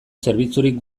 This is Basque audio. zerbitzurik